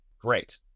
Great